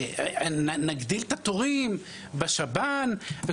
נגדיל את התורים בשב"ן.